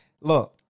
Look